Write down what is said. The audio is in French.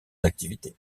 activités